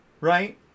right